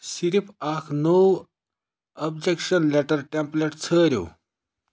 صِرف اَکھ نوٚو اَبجَکشن لٮ۪ٹَر ٹٮ۪مپٕلیٹ ژھٲرِو